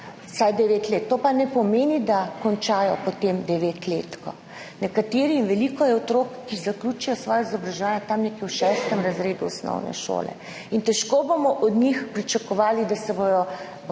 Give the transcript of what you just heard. vsaj devet let. To pa ne pomeni, da potem končajo devetletko. Veliko je otrok, ki zaključijo svoje izobraževanje tam nekje v šestem razredu osnovne šole in težko bomo od njih pričakovali, da se bodo